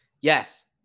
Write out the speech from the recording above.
Yes